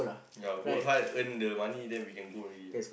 ya work hard earn the money then we can go already ah